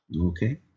Okay